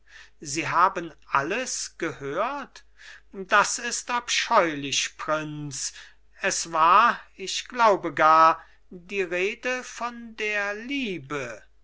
sie haben alles gehört das ist abscheulich prinz es war ich glaube gar die rede von der liebe